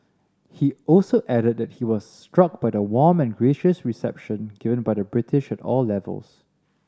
he also added that he was struck by the warm and gracious reception given by the British at all levels